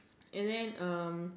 and then um